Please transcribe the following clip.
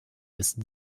ist